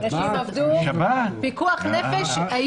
פיקוח נפש, תאמין לי.